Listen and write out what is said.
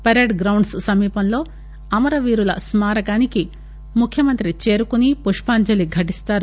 parade grounds సమీపంలో అమర వీరుల స్నారకానికి ముఖ్యమంత్రి చేరుకుని పుష్పాంజలి ఘటిస్తారు